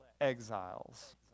exiles